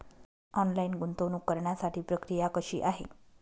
Online गुंतवणूक करण्यासाठी प्रक्रिया कशी आहे?